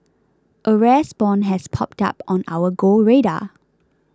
a rare spawn has popped up on our Go radar